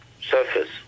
surface